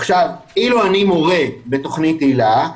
עכשיו, אילו אני מורה בתוכנית היל"ה,